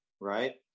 right